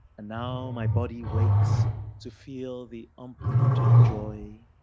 and now my body wakes to feel the unpolluted joy.